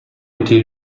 était